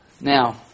now